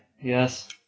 yes